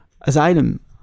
asylum